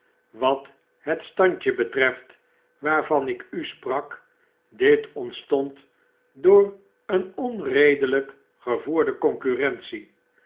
wat het standje betreft waarvan ik u sprak dit ontstond door een onredelijk gevoerde concurrence